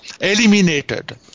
eliminated